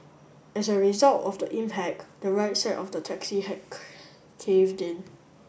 as a result of the impact the right side of the taxi had caved in